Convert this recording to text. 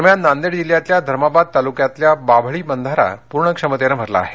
दरम्यान नांदेड जिल्ह्यातल्या धर्माबाद तालुक्यातल्या बाभळी बंधारा पूर्ण क्षमतेनं भरला आहे